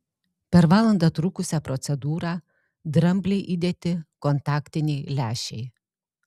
per valandą trukusią procedūrą dramblei įdėti kontaktiniai lęšiai